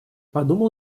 подумал